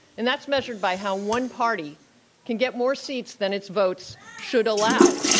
and that's measured by how one party can get more seats than its votes should allow.